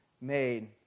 made